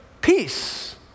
peace